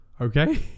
Okay